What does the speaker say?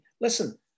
listen